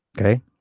Okay